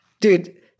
Dude